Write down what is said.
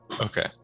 okay